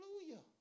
Hallelujah